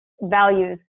values